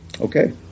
okay